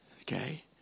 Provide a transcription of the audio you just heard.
Okay